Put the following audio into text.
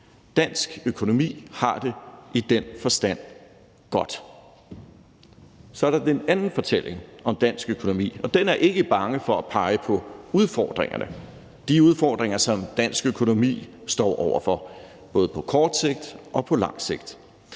Dansk økonomi har det i den forstand godt. Så er der den anden fortælling om dansk økonomi, og den er ikke bange for at pege på udfordringerne – de udfordringer, som dansk økonomi står over for både på kort sigt og på lang sigt.